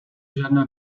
žádná